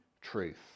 truth